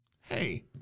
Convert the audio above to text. hey